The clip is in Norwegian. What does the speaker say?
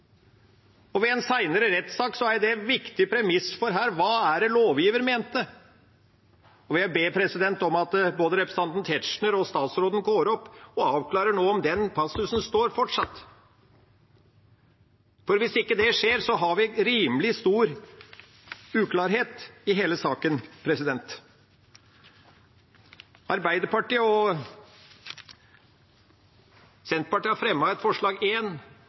kommentert. Ved en senere rettssak er jo dette et viktig premiss: Hva var det lovgiver mente? Jeg vil be om at både representanten Tetzschner og statsråden går opp og avklarer om den passusen står fortsatt. For hvis ikke det skjer, har vi rimelig stor uklarhet i hele saken. Arbeiderpartiet og Senterpartiet har fremmet et forslag,